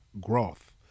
growth